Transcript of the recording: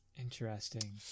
Interesting